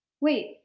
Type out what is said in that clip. wait